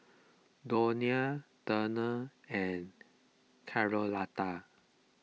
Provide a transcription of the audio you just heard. Donia Turner and Charlotta